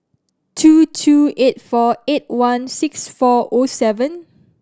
two two eight four eight one six four O seven